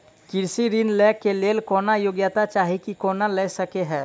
कृषि ऋण लय केँ लेल कोनों योग्यता चाहि की कोनो लय सकै है?